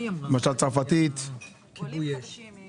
למשל צרפתית יהיה?